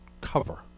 cover